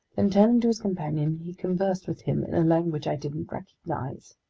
then, turning to his companion, he conversed with him in a language i didn't recognize.